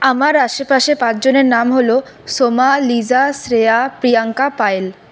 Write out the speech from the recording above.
আমার আশেপাশে পাঁচজনের নাম হল সোমা লিজা শ্রেয়া প্রিয়াঙ্কা পায়েল